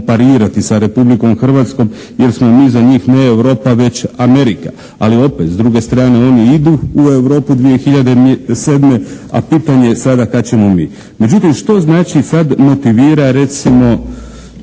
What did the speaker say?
sa Republikom Hrvatskom jer smo mi za njih ne Europa već Amerika. Ali opet, s druge strane oni idu u Europu 2007., a pitanje je sada kad ćemo mi. Međutim, što znači sad, motivira recimo